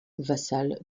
vassal